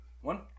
One